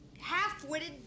half-witted